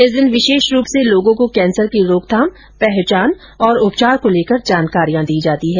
इस दिन विशेष रूप से लोगों को कैंसर की रोकथाम पहचान और उपचार को लेकर जानकारियां दी जाती है